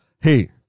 Hey